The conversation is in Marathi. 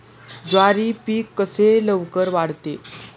ज्वारी पीक कसे लवकर वाढते?